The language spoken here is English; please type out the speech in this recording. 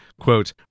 quote